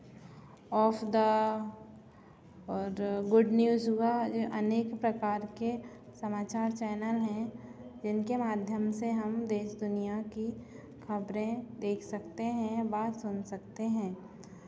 of the और good news हुआ जो अनेक प्रकार के समाचार चैनल हैं जिनके माध्यम से हम देश दुनियाँ की खबरें देख सकते हैं बात सुन सकते हैं